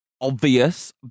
Obvious